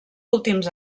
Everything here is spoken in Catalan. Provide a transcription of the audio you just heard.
últims